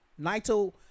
Naito